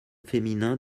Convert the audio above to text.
féminin